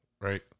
right